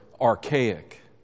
archaic